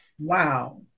wow